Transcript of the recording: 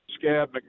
Scab